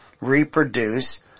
reproduce